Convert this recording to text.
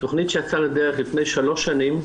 שיצאה לדרך לפני שלוש שנים,